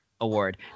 award